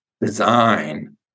design